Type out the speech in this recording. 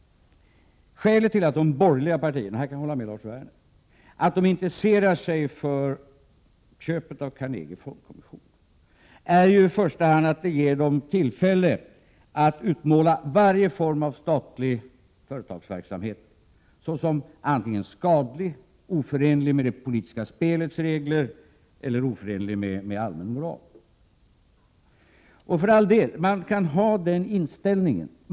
Skälet till att de borgerliga partierna — här kan jag hålla med Lars Werner — intresserar sig för köpet av Carnegie Fondkommission är i första hand att det ger dem tillfälle att utmåla varje form av statlig företagsverksamhet såsom antingen skadlig eller också oförenlig med det politiska spelets regler eller dess allmänna moral. Man kan, för all del, ha den inställningen.